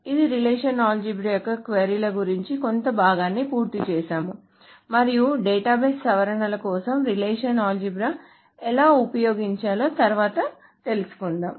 ఈ relational algebra యొక్క query ల గురించి కొంత భాగాన్ని పూర్తి చేసాము మరియు డేటాబేస్ సవరణల కోసం రిలేషనల్ ఆల్జీబ్రాను ఎలా ఉపయోగించాలో తరువాత తెలుసుకుందాము